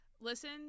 Listen